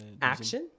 Action